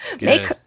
make